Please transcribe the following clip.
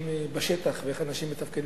(תיקון),